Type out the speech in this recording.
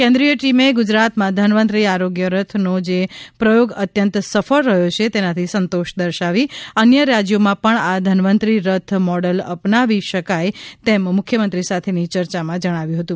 કેન્દ્રીય ટીમે ગુજરાતમાં ધન્વંતરી આરોગ્યરથનો જે પ્રથોગ અત્યંત સફળ રહ્યો છે તેનાથી સંતોષ દર્શાવી અન્ય રાજ્યોમાં પણ આ ધન્વંતરી રથ મોડલ અપનાવી શકાય તેમ મુખ્યમંત્રી સાથેની ચર્ચામાં જણાવ્યું હતું